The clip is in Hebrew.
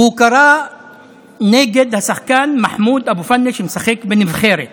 והוא קרה נגד השחקן מחמוד אבו פאנה, שמשחק בנבחרת,